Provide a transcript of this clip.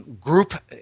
Group